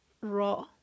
raw